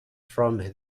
from